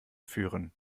führen